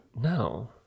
No